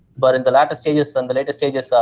but in the latter stages, and the later stages, ah